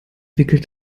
wickelt